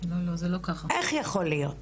איך יכול להיות?